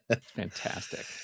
Fantastic